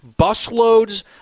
busloads